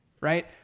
right